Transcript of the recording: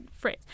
phrase